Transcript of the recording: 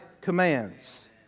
commands